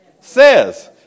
Says